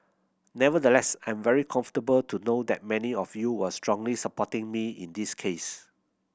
nevertheless I'm very comfortable to know that many of you were strongly supporting me in this case